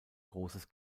großes